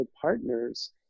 partners